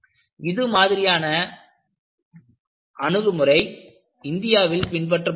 இது மாதிரியான அணுகுமுறை இந்தியாவில் பின்பற்றப்படுகிறது